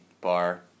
bar